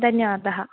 धन्यवादः